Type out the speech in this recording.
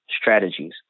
strategies